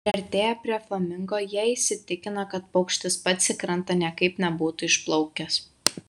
priartėję prie flamingo jie įsitikino kad paukštis pats į krantą niekaip nebūtų išplaukęs